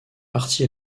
parti